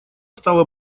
стало